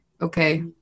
okay